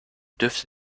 dürfte